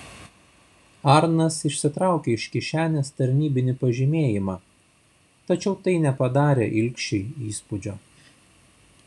arnas išsitraukė iš kišenės tarnybinį pažymėjimą tačiau tai nepadarė ilgšiui įspūdžio